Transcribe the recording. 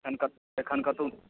एखन तऽ एखन कतौ